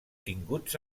tinguts